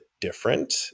different